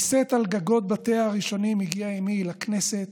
נישאת על גגות בתיה הראשונים הגיעה אימי לכנסת,